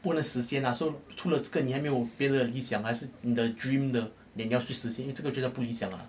不能实现啊 so 除了这个你还没有别的理想还是你的 dream 的你要去实现因为这个真的不理想啦